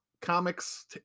comics